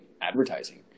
advertising